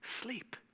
sleep